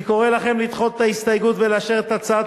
אני קורא לכם לדחות את ההסתייגות ולאשר את הצעת